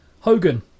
Hogan